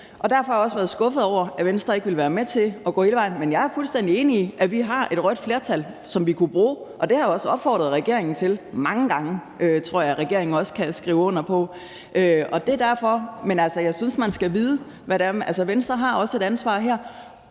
derfor har jeg også været skuffet over, at Venstre ikke ville være med til at gå hele vejen. Men jeg er fuldstændig enig i, at vi har et rødt flertal, som vi kunne bruge, og det har jeg også opfordret regeringen til mange gange; det tror jeg også regeringen kan skrive under på. Men altså, Venstre har også et ansvar her.